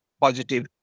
positive